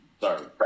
Sorry